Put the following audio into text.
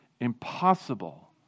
impossible